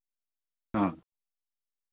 ᱦᱮᱸ